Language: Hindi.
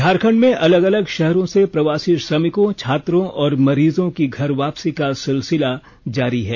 झारखंड में अलग अलग शहरों से प्रवासी श्रमिकों छात्रो और मरीजों की घर वापसी का सिलसिला जारी है